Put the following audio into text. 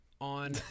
on